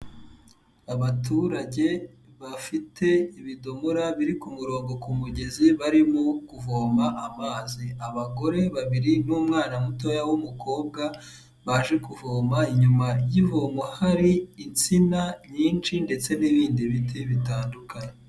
Abaturage bafite ibidomora biri ku murongo ku mugezi barimo kuvoma amazi, abagore babiri n'umwana mutoya w'umukobwa baje kuvoma inyuma y'ivoma hari insina nyinshi ndetse n'ibindi biti bitandukanye.